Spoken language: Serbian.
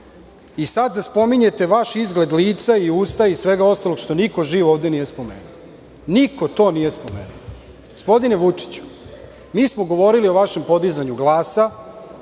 Sada spominjete vaš izgled lica i usta i svega ostalog što niko živ ovde nije spomenuo. Niko to nije spomenuo. Gospodine Vučiću, mi smo govorili o vašem podizanju glasa,